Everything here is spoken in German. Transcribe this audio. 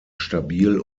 stabil